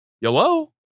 Yellow